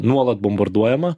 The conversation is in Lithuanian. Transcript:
nuolat bombarduojama